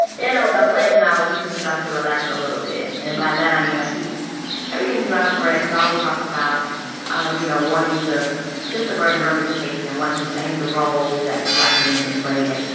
in ah a place now where he can start to relax a little bit. and by that i mean like he every interview i've read he always talks about um you know wanting to just the burden of representation and wanting to change the roles that black man can play again.